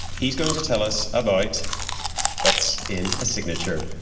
he's going to tell us about what's in a signature.